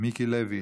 מיקי לוי,